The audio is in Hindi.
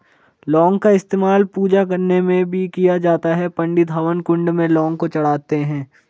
लौंग का इस्तेमाल पूजा करने में भी किया जाता है पंडित हवन कुंड में लौंग को चढ़ाते हैं